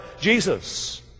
Jesus